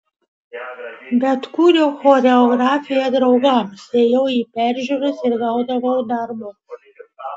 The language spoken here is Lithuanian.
bet kūriau choreografiją draugams ėjau į peržiūras ir gaudavau darbo